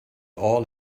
all